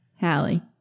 Hallie